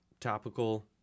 topical